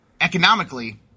economically